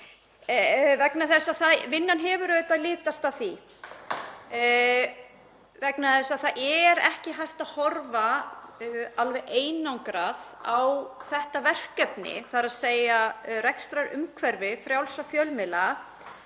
vegna þess að vinnan hefur auðvitað litast af því — að það er ekki hægt að horfa alveg einangrað á þetta verkefni, þ.e. rekstrarumhverfi frjálsra fjölmiðla,